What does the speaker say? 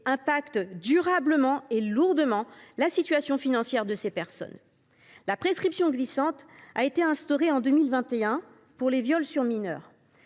affectent durablement et lourdement la situation financière des intéressés. La prescription glissante a été instaurée en 2021 pour les viols sur mineurs.